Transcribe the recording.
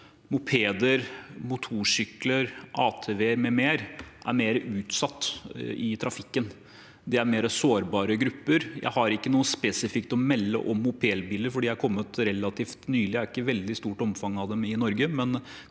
mopeder, motorsykler, ATV-er m.m., er mer utsatt i trafikken. De er mer sårbare grupper. Jeg har ikke noe spesifikt å melde om mopedbiler, for de har kommet relativt nylig, og det er ikke et veldig stort omfang av dem i Norge.